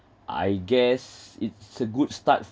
I guess it's a good start